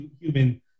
human